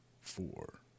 four